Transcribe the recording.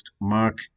Mark